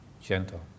gentle